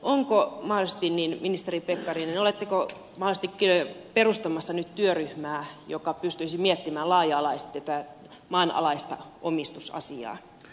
onko mahdollisesti niin ministeri pekkarinen että olette mahdollisesti perustamassa nyt työryhmää joka pystyisi miettimään laaja alaisesti tätä maanalaista omistusasiaa